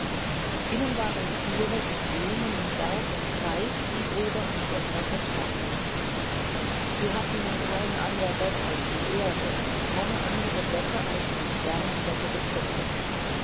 ihnen waren tier und blume berg und teich wie bruder und schwester vertraut sie hatten kein ander bett als die erde keine andere decke als die sternendecke des himmels